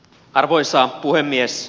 arvoisa puhemies